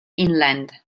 inland